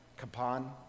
Capon